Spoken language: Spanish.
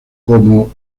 como